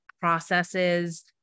processes